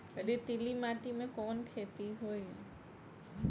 रेतीली माटी में कवन खेती होई?